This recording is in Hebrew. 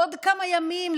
עוד כמה ימים,